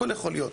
הכל יכול להיות,